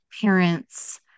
parents